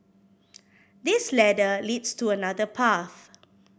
this ladder leads to another path